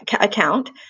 account